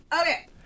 okay